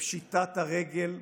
לפשיטת הרגל,